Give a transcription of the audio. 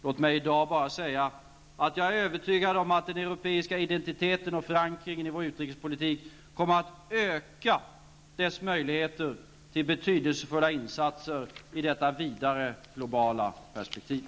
Låt mig i dag bara säga, att jag är övertygad om att den europeiska identiteten och förankringen i vår utrikespolitik kommer att öka dess möjligheter till betydelsefulla insatser i detta vidare perspektiv.